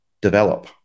develop